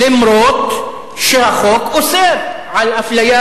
אף-על-פי שהחוק אוסר אפליה